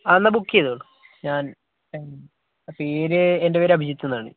ആ എന്നാൽ ബുക്ക് ചെയ്തുകൊളളൂ ഞാൻ ആ പേര് എൻ്റെ പേര് അഭിജിത്ത് എന്നാണ്